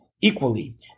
equally